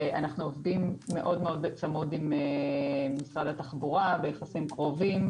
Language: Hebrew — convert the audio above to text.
אנחנו עובדים בצמוד מאוד עם משרד התחבורה וביחסים קרובים,